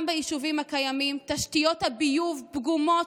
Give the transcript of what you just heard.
גם ביישובים הקיימים תשתיות הביוב פגומות,